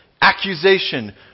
accusation